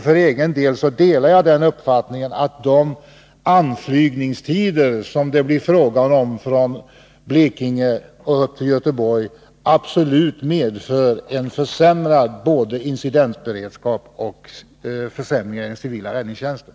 För egen del delar jag uppfattningen att de anflygningstider som det blir fråga om från Blekinge upp till Göteborg absolut medför både en försämrad incidentberedskap och försämringar av den civila räddningstjänsten.